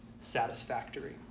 satisfactory